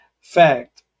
fact